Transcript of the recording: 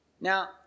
Now